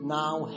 now